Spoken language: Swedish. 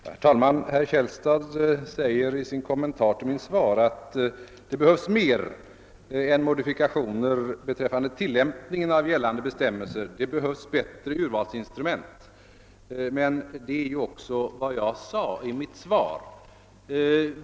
Herr talman! Herr Källstad säger i kommentar till mitt svar att det behövs mer än modifikationer beträffande tilllämpningen av gällande bestämmelser; det behövs ett bättre urvalsinstrument. Detta har jag också framhållit i mitt svar.